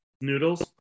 Noodles